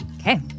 Okay